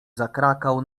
zakrakał